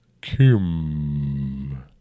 Kim